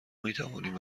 میتوانیم